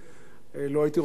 לא הייתי רוצה להיות במעלית,